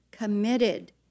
committed